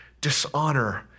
dishonor